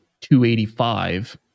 285